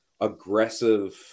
aggressive